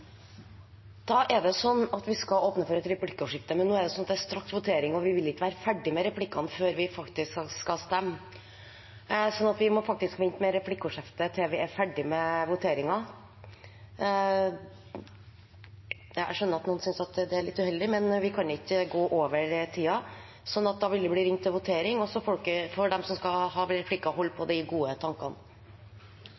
Da blir det replikkordskifte, men det er straks votering, og vi ville ikke være ferdig med replikkene før vi skal stemme. Derfor må vi vente med replikkordskiftet til vi er ferdig med voteringen. Jeg skjønner at noen synes det er uheldig, men vi kan ikke gå over tiden. Da vil det bli ringt til votering, og de som skal ha replikker, må holde på